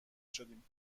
شدیم